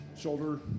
shoulder